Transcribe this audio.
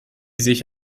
sich